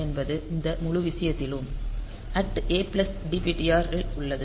என்பது இந்த முழு விஷயத்திலும் Adptr இல் உள்ளது